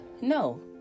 No